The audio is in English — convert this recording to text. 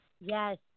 Yes